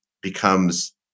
becomes